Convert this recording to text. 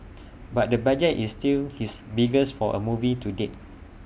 but the budget is still his biggest for A movie to date